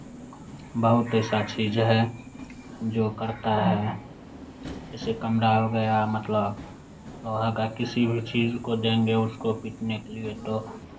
बहुत ऐसा चीज़ है जो करता है जैसे कमरा हो गया मतलब लोहा का किसी भी चीज़ को देंगे उसको पीटने के लिए तो